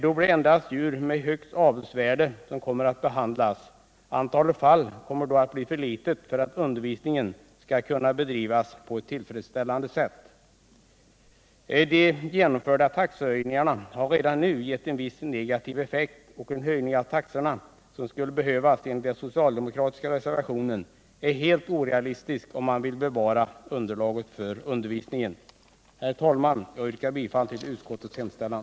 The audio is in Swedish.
Det blir då endast djur med högt avelsvärde som kommer att behandlas. Antalet fall kommer då att bli för litet för att undervisningen skall kunna bedrivas på ett tillfredsställande sätt. De genomförda taxehöjningarna har redan nu gett en viss negativ effekt, och en höjning av taxorna som skulle behövas enligt den socialdemokratiska reservationen är helt orealistisk om man vill bevara underlaget för undervisningen. Herr talman! Jag yrkar bifall till utskottets hemställan.